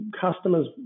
customers